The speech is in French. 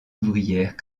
ouvrière